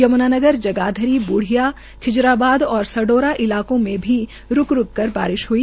यमुनानगर जगाधरी ब्र्डिया खिजराबाद और सढौरा इलाकों में भी रूक रूक कर बारिश ह्ई